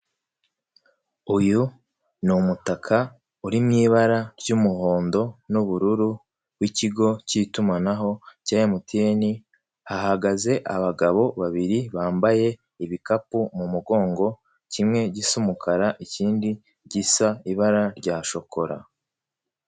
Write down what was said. Uyu umutaka uri mu ibara ry'umuhondo n'ubururu wikigo cy'itumanaho cya MTN hahagaze abagabo babiri bambaye ibikapu mu mugongo kimwe gisa umukara ikindi gisa ibara rya shokora .